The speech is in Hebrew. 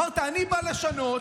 אמרת: אני בא לשנות,